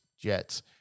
Jets